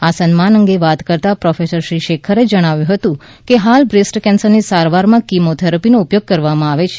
આ સન્માન અંગે વાત કરતા પ્રોફેસર શ્રી શેખરે જણાવ્યું હતું કે હાલ બ્રેસ્ટ કેન્સરની સારવામાં કીમો થેરાપીનો ઉપયોગ કરવામાં આવે છે